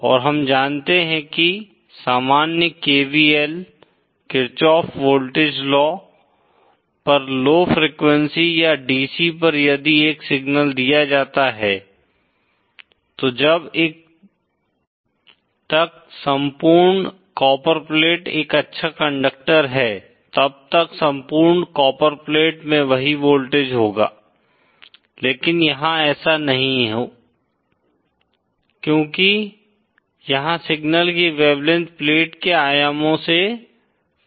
और हम जानते हैं कि सामान्य KVL किर्चोफ़ वोल्टेज लॉ पर लौ फ़्रीक्वेंसी या DC पर यदि एक सिग्नल दिया जाता है तो जब तक संपूर्ण कॉपरप्लेट एक अच्छा कंडक्टर है तब तक संपूर्ण कॉपरप्लेट में वही वोल्टेज होगा लेकिन यहाँ ऐसा नहीं है क्योंकि यहाँ सिग्नल की वेवलेंथ प्लेट के आयामों से तुलनीय है